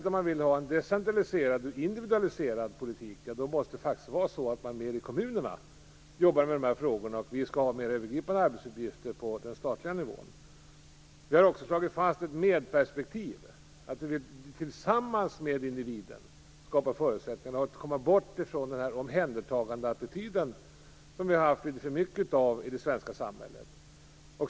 Om man vill ha en decentraliserad och individualiserad politik, måste man i kommunerna jobba mer med dessa frågor. Det skall också vara mer övergripande arbetsuppgifter på den statliga nivån. Vi har också slagit fast ett medperspektiv, dvs. att vi tillsammans med individen skall skapa förutsättningar och försöka komma bort från den omhändertagandeattityd som vi har haft litet för mycket av i det svenska samhället.